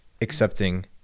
accepting